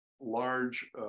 large